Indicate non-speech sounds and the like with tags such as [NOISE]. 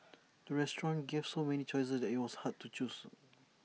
[NOISE] the restaurant gave so many choices that IT was hard to choose